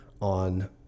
on